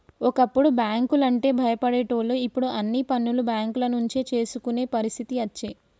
ఒకప్పుడు బ్యాంకు లంటే భయపడేటోళ్లు ఇప్పుడు అన్ని పనులు బేంకుల నుంచే చేసుకునే పరిస్థితి అచ్చే